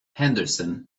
henderson